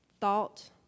Thought